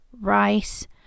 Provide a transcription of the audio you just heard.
rice